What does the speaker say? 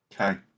Okay